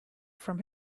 from